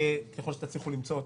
ככל שתצליחו למצוא אותם.